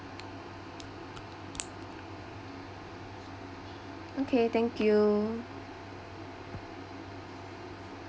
okay thank you